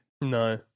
No